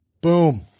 Boom